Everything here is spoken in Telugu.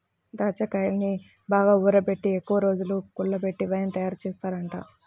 దాచ్చాకాయల్ని బాగా ఊరబెట్టి ఎక్కువరోజులు పుల్లబెట్టి వైన్ తయారుజేత్తారంట